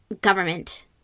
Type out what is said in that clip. government